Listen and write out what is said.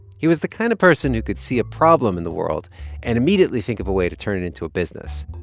he was the kind of person who could see a problem in the world and immediately think of a way to turn it into a business